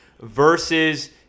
Versus